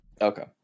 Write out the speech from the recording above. Okay